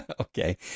Okay